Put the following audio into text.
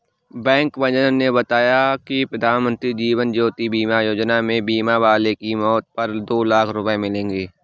bank manager ने बताया कि प्रधानमंत्री जीवन ज्योति बीमा योजना में बीमा वाले की मौत पर दो लाख रूपये मिलेंगे